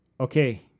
okay